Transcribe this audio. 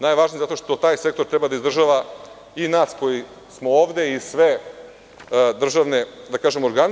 Najvažniji zato što taj sektor treba da izdržava nas koji smo ovde i sve državne organe.